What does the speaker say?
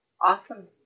Awesome